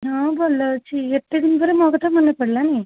ହଁ ଭଲ ଅଛି ଏତେ ଦିନ ପରେ ମୋ କଥା ମନେ ପଡ଼ିଲା ନାହିଁ